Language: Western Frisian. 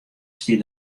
stie